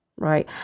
Right